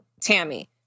Tammy